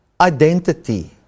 identity